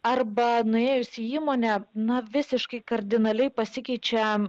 arba nuėjus į įmonę na visiškai kardinaliai pasikeičia